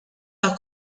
are